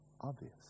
obvious